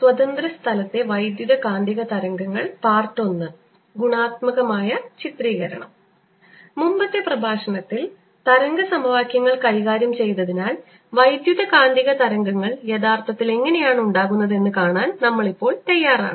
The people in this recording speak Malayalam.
സ്വതന്ത്ര സ്ഥലത്തെ വൈദ്യുതകാന്തിക തരംഗങ്ങൾ I ഗുണാത്മകമായ ചിത്രീകരണം മുമ്പത്തെ പ്രഭാഷണത്തിൽ തരംഗ സമവാക്യങ്ങൾ കൈകാര്യം ചെയ്തതിനാൽ വൈദ്യുതകാന്തിക തരംഗങ്ങൾ യഥാർത്ഥത്തിൽ എങ്ങനെയാണ് ഉണ്ടാകുന്നതെന്ന് കാണാൻ നമ്മൾ ഇപ്പോൾ തയ്യാറാണ്